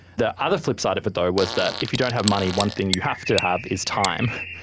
the other flipside of it though was that if you don't have money one thing you have to have is time.